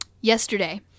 yesterday